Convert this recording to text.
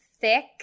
thick